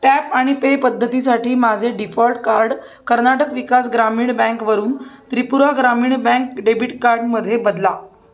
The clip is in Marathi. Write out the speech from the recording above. टॅप आणि पे पद्धतीसाठी माझे डीफॉल्ट कार्ड कर्नाटक विकास ग्रामीण बँकवरून त्रिपुरा ग्रामीण बँक डेबिट कार्डमध्ये बदला